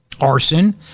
arson